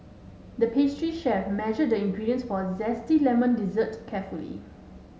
the pastry chef measured the ingredients for zesty lemon dessert carefully